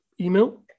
email